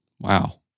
Wow